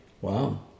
Wow